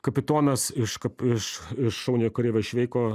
kapitonas iš kap iš šauniojo kareivio šveiko